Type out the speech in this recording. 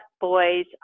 boy's